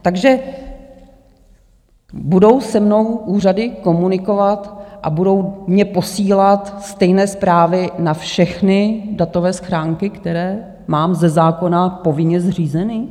Takže budou se mnou úřady komunikovat a budou mně posílat stejné zprávy na všechny datové schránky, které mám ze zákona povinně zřízeny?